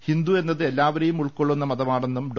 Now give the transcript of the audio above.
ഹിന്ദു എന്നത് എല്ലാവരെയും ഉൾകൊള്ളുന്ന മതമാണെന്നും ഡോ